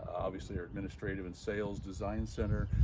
obviously our administrative in sales design center,